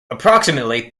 approximately